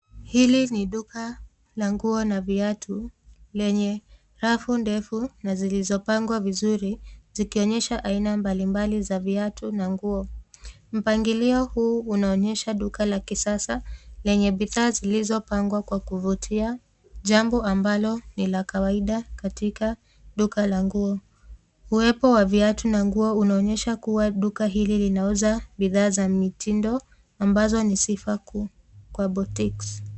Hii ni duka la nguo na viatu lenye rafu ndefu na zilizopangwa vizuri zikionyesha aina mbalimbali za viatu na nguo. Mpangilio huu unaonyesha duka la kisasa lenye bidhaa zilizopangwa kwa kuvutia, jambo ambalo ni la kawaida katika duka la nguo. Uwepo wa viatu na nguo unaonyesha kuwa duka hili lina uza bidhaa za mitindo ambazo ni sifa kuu kwa boutiques .